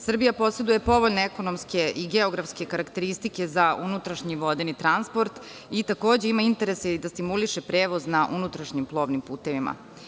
Srbija poseduje povoljne ekonomske i geografske karakteristike za unutrašnji i vodeni transport i takođe ima interese da stimuliše prevoz na unutrašnjim plovnim putevima.